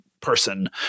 person